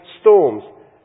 storms